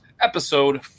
episode